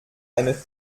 eine